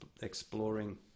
exploring